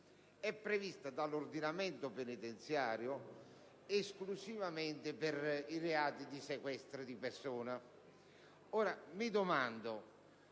è prevista dall'ordinamento penitenziario esclusivamente per i reati di sequestro di persona.